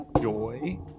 joy